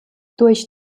durch